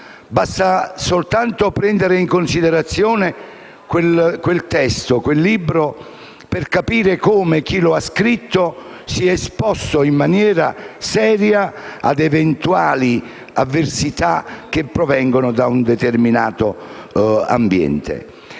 Basta soltanto prendere in considerazione quel libro per capire come chi lo ha scritto si sia esposto in maniera seria ad eventuali avversità che provengono da un determinato ambiente.